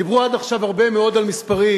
דיברו עד עכשיו הרבה מאוד על מספרים,